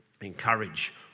encourage